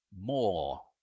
more